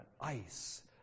ice